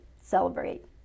celebrate